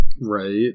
Right